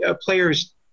players